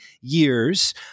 years